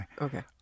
Okay